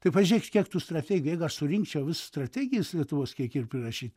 tai pažiūrėkit kiek tų strategijų jeigu aš surinkčiau visus strategijus lietuvos kiek yra prirašyta